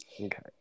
Okay